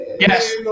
Yes